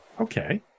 okay